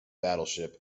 battleship